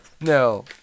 No